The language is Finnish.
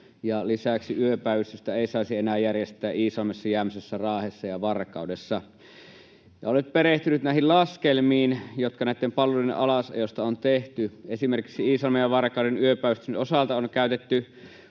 Lisäksi yöpäivystystä ei saisi enää järjestää Iisalmessa, Jämsässä, Raahessa ja Varkaudessa. Olen nyt perehtynyt näihin laskelmiin, jotka näiden palveluiden alasajosta on tehty. Esimerkiksi Iisalmen ja Varkauden yöpäivystysten osalta on käytetty